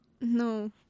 No